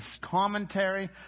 commentary